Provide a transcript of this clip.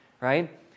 Right